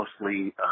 mostly